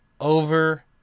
over